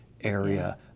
area